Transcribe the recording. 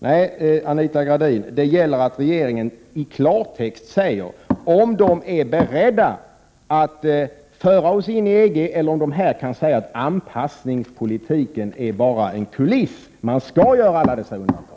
Nej, Anita Gradin, regeringen måste i klartext säga om den är beredd att föra oss in i EG eller om den anpassningen bara är en kuliss, eftersom regeringen verkligen skall göra alla dessa undantag.